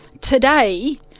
today